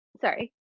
sorry